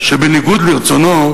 שבניגוד לרצונו,